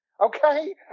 Okay